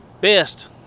best